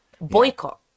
Boycott